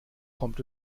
kommt